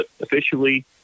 officially